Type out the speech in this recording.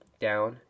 down